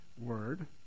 word